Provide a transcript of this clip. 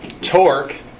torque